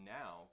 now